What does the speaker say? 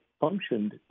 functioned